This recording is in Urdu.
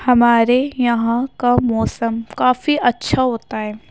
ہمارے یہاں کا موسم کافی اچھا ہوتا ہے